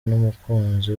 n’umukunzi